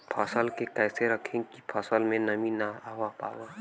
फसल के कैसे रखे की फसल में नमी ना आवा पाव?